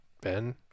Ben